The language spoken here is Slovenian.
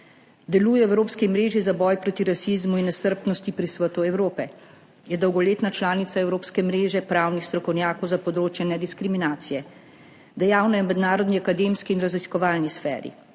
Deluje v Evropski mreži za boj proti rasizmu in nestrpnosti pri Svetu Evrope. Je dolgoletna članica Evropske mreže pravnih strokovnjakov na področju nediskriminacije. Dejavna je v mednarodni akademski in raziskovalni sferi,